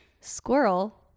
Squirrel